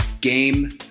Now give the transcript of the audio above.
game